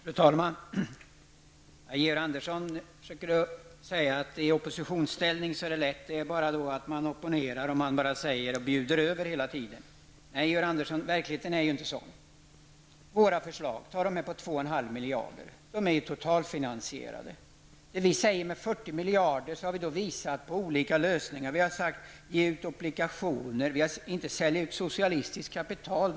Fru talman! Georg Andersson säger att man gör det lätt för sig i oppositionsställning och hela tiden bjuder över. Nej, Georg Andersson, sådan är inte verkligheten. Vårt förslag på 2,5 miljarder kronor till visst ändamål är totalfinansierat. Beträffande användningen av de 40 miljarderna har vi påvisat olika lösningar. Vi har talat om att ge ut obligationer, inte sälja ut socialistiskt kapital.